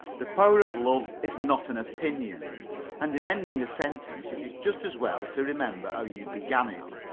the power of love is not an opinion and in ending a sentence it is just as well to remember how you began it.